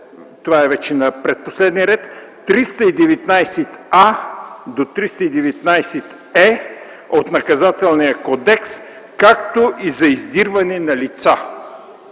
това е вече на предпоследния ред – „по чл. 319а - 319е от Наказателния кодекс, както и за издирване на лица.”